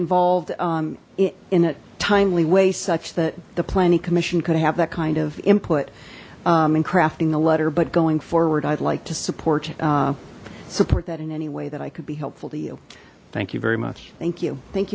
involved in a timely way such that the planning commission could have that kind of input and crafting the letter but going forward i'd like to support support that in any way that i could be helpful to you thank you very much thank you thank